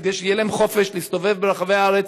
כדי שיהיה להם חופש להסתובב ברחבי הארץ,